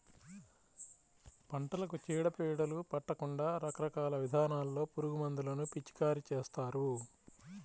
పంటలకు చీడ పీడలు పట్టకుండా రకరకాల విధానాల్లో పురుగుమందులను పిచికారీ చేస్తారు